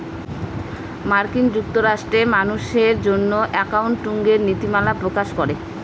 মার্কিন যুক্তরাষ্ট্রে মানুষের জন্য একাউন্টিঙের নীতিমালা প্রকাশ করে